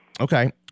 Okay